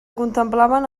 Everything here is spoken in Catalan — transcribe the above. contemplaven